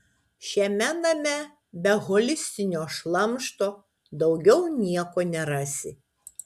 šiame name be holistinio šlamšto daugiau nieko nerasi